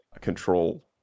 control